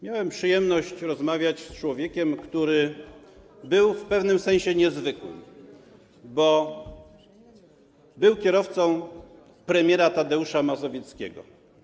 Miałem przyjemność rozmawiać z człowiekiem, który był w pewnym sensie niezwykły, bo był kierowcą premiera Tadeusza Mazowieckiego.